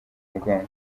mugongo